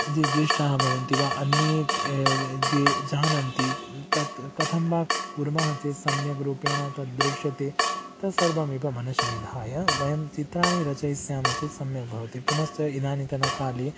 जे ज्येष्ठाः भवन्ति वा अन्ये ये जानन्ति तत् कथं वा कुर्मः चेत् सम्यग्रूपेण तद् दृश्यते तत् सर्वमेव मनसि निधाय वयं चित्राणि रचयिष्यामः चेत् सम्यक् भवति पुनश्च इदानीन्तनकाले